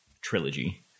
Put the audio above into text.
trilogy